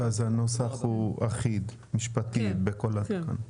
ואז הנוסח הוא אחיד משפטית בכל התקנה?